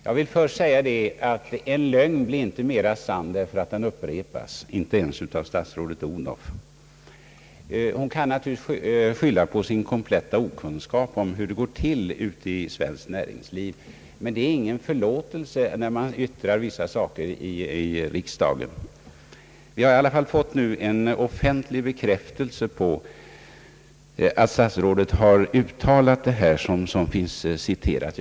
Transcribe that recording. Jag vill först säga att en lögn inte blir mera sann därför att åen upprepas — inte ens av statsrådet Odhnoff. Hon kan naturligtvis skylla på sin kompletta okunnighet om hur det går till ute i svenskt näringsliv, men det ger ingen förlåtelse när man yttrar vissa saker i riksdagen. Vi har i alla fall nu fått en offentlig bekräftelse på att statsrådet har gjort de uttalanden som finns citerade.